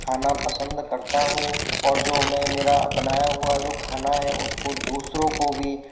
खाना पसंद करता हूँ और जो मैं मेरा बनाया हुआ जो खाना है उस को दूसरों को भी